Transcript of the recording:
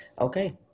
Okay